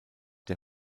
der